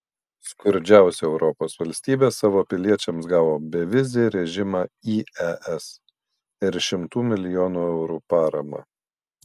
skurdžiausia europos valstybė savo piliečiams gavo bevizį režimą į es ir šimtų milijonų eurų paramą